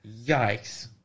Yikes